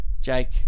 Jake